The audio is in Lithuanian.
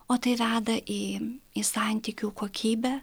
o tai veda į į santykių kokybę